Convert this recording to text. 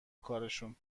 کارشون